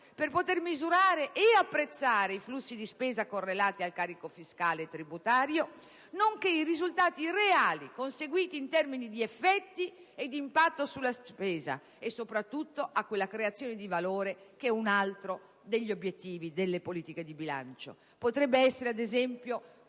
per poter misurare e apprezzare i flussi di spesa correlati al carico fiscale e tributario, nonché i risultati reali conseguiti in termini di effetti e di impatto sulla spesa e soprattutto a quella creazione di valore che è un altro degli obiettivi delle politiche di bilancio. Potrebbe essere, ad esempio, uno strumento